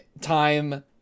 time